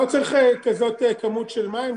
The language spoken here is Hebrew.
לא צריך כזאת כמות של מים,